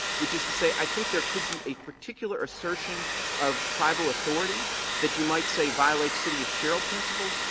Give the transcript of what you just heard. which is to say, i think there could be a particular assertion of tribal authority that you might say violates city of sherrill principles,